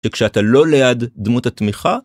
וכשאתה לא ליד דמות התמיכה